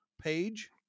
page